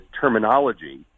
terminology